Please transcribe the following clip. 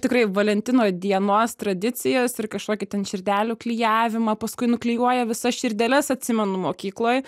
tikrai valentino dienos tradicijas ir kažkokį ten širdelių klijavimą o paskui nuklijuoja visas širdeles atsimenu mokykloj